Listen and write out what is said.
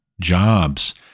jobs